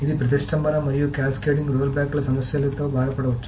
ఇది ప్రతిష్టంభన మరియు క్యాస్కేడింగ్ రోల్బ్యాక్ల సమస్యలతో బాధపడవచ్చు